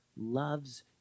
loves